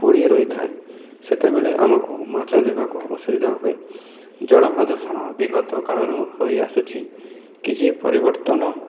ପଡ଼ିରହିଥାଏ ସେତେବେଳେ ଆମକୁ ମାଛ ଯିବାକୁ ଅସୁବିଧା ହୁଏ ଜଳ ପ୍ରଦୂଷଣ ବିଗତକାଳରୁ ହୋଇଆସୁଛି କିଛି ପରିବର୍ତ୍ତନ